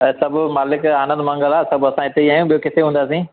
सभु मालिक जो आनंदु मंगल आहे सभु असां हिते ई आहियूं ॿियो किथे हूंदासीं